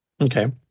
Okay